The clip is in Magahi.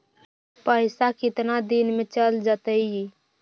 पैसा कितना दिन में चल जतई?